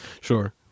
sure